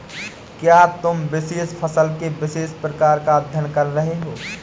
क्या तुम विशेष फसल के विशेष प्रकार का अध्ययन कर रहे हो?